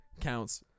counts